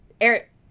eric